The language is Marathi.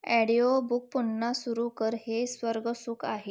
ॲडिओबुक पुन्हा सुरू कर हे स्वर्गसुख आहे